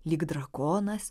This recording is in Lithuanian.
lyg drakonas